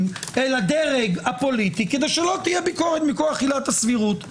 אל הדרג הפוליטי כדי שלא תהיה ביקורת מכוח עילת הסבירות.